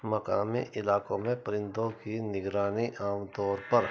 مقامی علاقوں میں پرندوں کی نگرانی عام طور پر